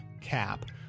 cap